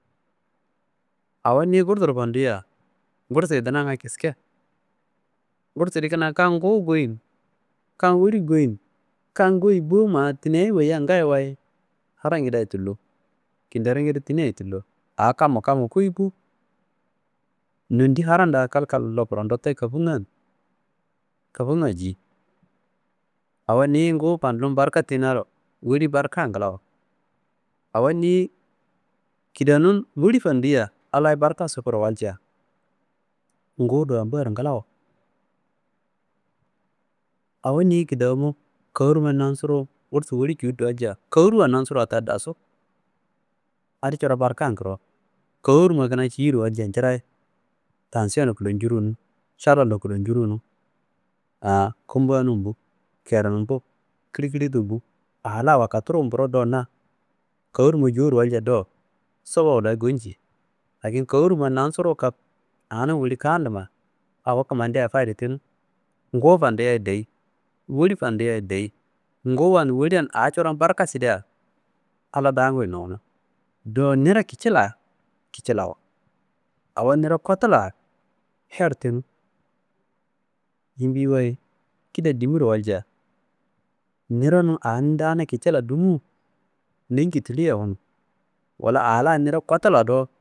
Awo niyi kursuro niyi gursuro gursuro fanduyiya ngursuyi dunanga kiske. Gursu di kina kan nguwu goyiyi n kan woli goyi n kan goyi bo ma tineyi wayiya n ngayo wayi harangida tullo. Kinderom ngide dinaye tullo, a kamwa kamwo koyiyi bo. Nondi haranda kalkallo koro ndotteye kofunga giyi. Awo niyi nguwu fandum barka tenuwaro woli barka ngilwo awo niyi kidanum woli fanduyia Allayi barka sukurowalcia nguwu rambaro ngilawo. Awo niyi kidamo kornumma nansuru gursu woli cudirowalcia kawuruwa nansuruwa ta dasu adi coro barkan koro. Kornumma kina ciyiyediwa njirayi tansionro koloncuwurounu šalallo koloncurunu an kummbanumbu kerinumbu kilikiltumbu a la wakaturumburo do na kornumma jowuro walca dowu sobo layi ngonciyi lakin kornumma nansuru kak anum woli kandumma awo kumandia fayide tenu nguwu fanduyiya ye deyi woli fanduyiya ye deyi. Nguwuwa n woliya n a coron barka sidea Allah danguwuyi nowuno do niro kicila kicilawo awo niro kotula niro her tenu. Yimbiyiyi waye kida dimiro walcia niro nu danumro anumdanum kicila dumu ni njitiliyia wunu wala a niro kotula do